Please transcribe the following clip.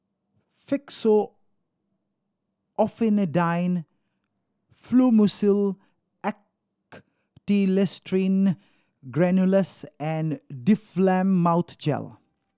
Fexofenadine Fluimucil Acetylcysteine Granules and Difflam Mouth Gel